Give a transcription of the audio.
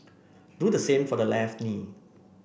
do the same for the left knee